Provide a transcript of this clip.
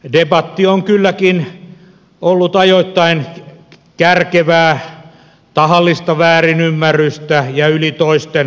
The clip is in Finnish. debatti on kylläkin ollut ajoittain kärkevää tahallista väärinymmärrystä ja yli toisten puhumista